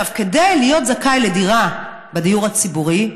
כדי להיות זכאי לדירה בדיור הציבורי,